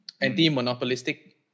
anti-monopolistic